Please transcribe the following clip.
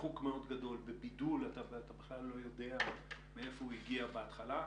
בריחוק גדול, איננו יודעים מהיכן הוא מתחיל.